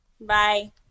bye